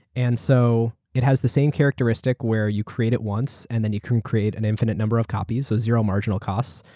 and so it has the same characteristic where you create it once and then you can create an infinite number of copies, so zero marginal costs.